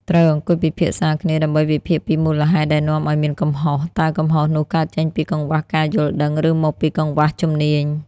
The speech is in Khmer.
ត្រូវអង្គុយពិភាក្សាគ្នាដើម្បី វិភាគពីមូលហេតុ ដែលនាំឲ្យមានកំហុស។ តើកំហុសនោះកើតចេញពីកង្វះការយល់ដឹង ឬមកពីកង្វះជំនាញ